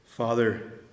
Father